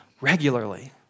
regularly